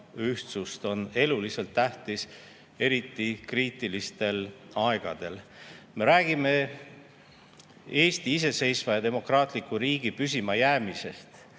ühtsust, on eluliselt tähtis, seda eriti kriitilistel aegadel. Me räägime Eesti iseseisva ja demokraatliku riigi püsimajäämisest.